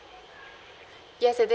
yes it is